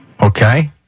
Okay